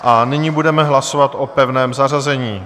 A nyní budeme hlasovat o pevném zařazení.